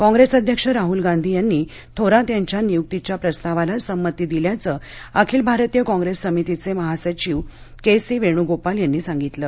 कॉंग्रेस अध्यक्ष राहुल गांधी यांनी थोरात यांच्या नियुक्तीच्या प्रस्तावाला संमती दिल्याचं अखिल भारतीय कॉंग्रेस समितीचे महासचिव के सी वेणुगोपाल यांनी सांगितलं